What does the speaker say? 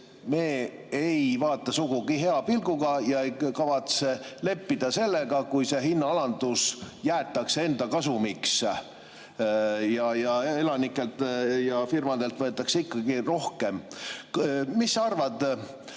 me ei vaata sugugi hea pilguga ja ei kavatse leppida sellega, kui see hinnaalandus jäetakse enda kasumiks ja elanikelt ja firmadelt võetakse ikkagi rohkem. Mis sa arvad?